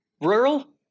rural